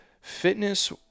fitness